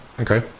Okay